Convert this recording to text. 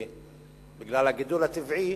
בגלל הגידול הטבעי